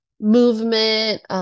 movement